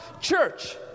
church